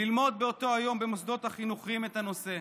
ללמוד באותו היום במוסדות החינוכיים את הנושא,